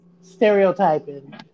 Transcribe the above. Stereotyping